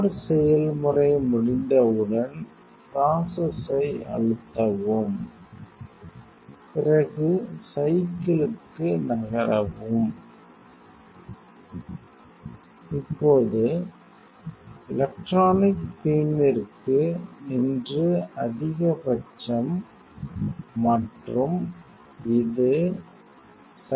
r செயல்முறை முடிந்தவுடன் process ஐ அழுத்தவும் பிறகு சைக்கிள்க்கு நகரவும் இப்போது எலக்ட்ரானிக் பீம்ற்கு இன்று அதிகபட்சம் 2452 மற்றும் இது 2426